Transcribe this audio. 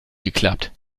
geklappt